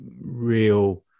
real